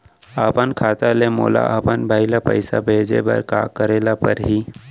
अपन खाता ले मोला अपन भाई ल पइसा भेजे बर का करे ल परही?